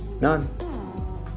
none